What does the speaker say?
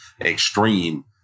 extreme